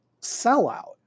sellout